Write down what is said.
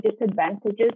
disadvantages